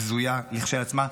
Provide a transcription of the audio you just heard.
בזויה כשלעצמה,